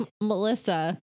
Melissa